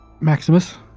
Maximus